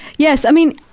yes. i mean,